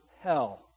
hell